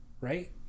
right